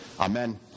Amen